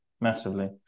massively